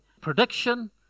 prediction